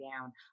down